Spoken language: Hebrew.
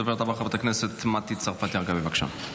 הדוברת הבאה, חברת הכנסת מטי צרפתי הרכבי, בבקשה.